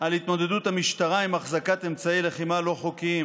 על התמודדות המשטרה עם החזקת אמצעי לחימה לא חוקיים